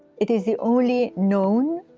it is the only known,